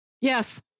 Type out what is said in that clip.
yes